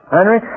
Henry